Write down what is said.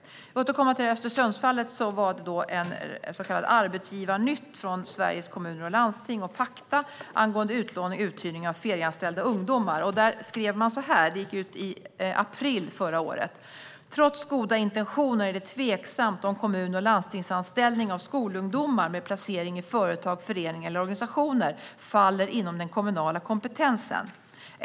För att återkomma till Östersundsfallet skrev Sveriges Kommuner och Landsting och Pacta i Arbetsgivarnytt som gick ut i april förra året följande angående utlåning och uthyrning av ferieanställda ungdomar: "Trots goda intentioner är det tveksamt om kommun och landstingsanställning av skolungdomar med placering i företag, föreningar eller organisationer faller inom den kommunala kompetensen.